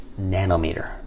nanometer